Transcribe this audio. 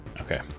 Okay